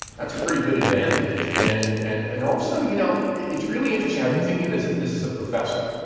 that's a pretty good advantage. and and and also, you know, it's really interesting. i've been thinking this. this is a professor.